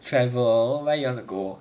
travel where you want to go